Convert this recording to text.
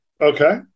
Okay